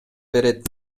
берет